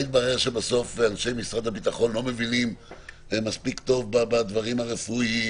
שאנשי משרד הביטחון לא מבינים מספיק טוב בדברים הרפואיים